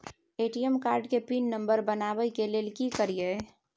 ATM card के pin number बनाबै के लेल की करिए?